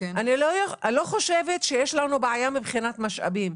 אני לא חושבת שיש לנו בעיה מבחינת משאבים,